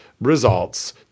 results